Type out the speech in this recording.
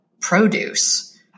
produce